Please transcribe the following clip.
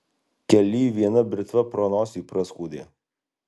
kely viena britva pro nosį praskuodė